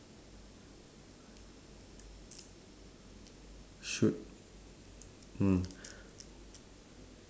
shoot mm